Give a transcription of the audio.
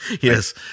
Yes